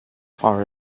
far